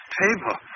table